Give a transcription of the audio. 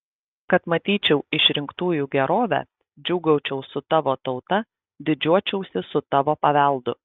kad matyčiau išrinktųjų gerovę džiūgaučiau su tavo tauta didžiuočiausi su tavo paveldu